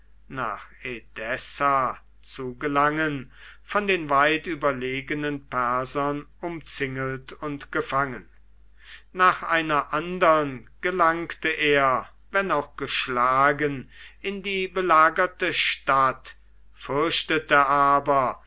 nach edessa zu gelangen von den weit überlegenen persern umzingelt und gefangen nach einer andern gelangte er wenn auch geschlagen in die belagerte stadt fürchtete aber